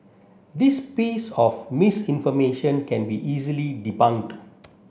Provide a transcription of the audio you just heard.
this piece of misinformation can be easily debunked